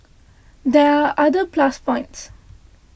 there are other plus points